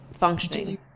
functioning